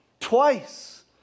Twice